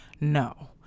No